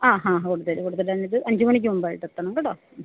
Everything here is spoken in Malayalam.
ആ ഹാ വന്നിട്ട് അഞ്ച് മണിക്ക് മുമ്പായിട്ട് എത്തണം കേട്ടോ മ്